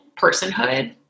personhood